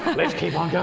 let's keep on going.